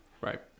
Right